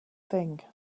thing